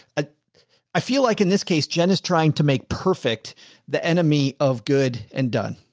ah i feel like in this case, jen is trying to make perfect the enemy of good and done.